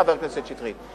חבר הכנסת שטרית.